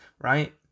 right